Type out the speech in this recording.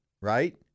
Right